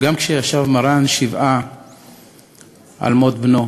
כשישב מרן שבעה על בנו,